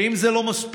ואם זה לא מספיק,